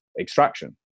extraction